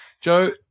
Joe